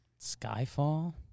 Skyfall